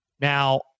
Now